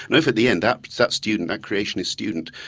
and if at the end that but that student, that creationist student,